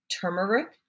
turmeric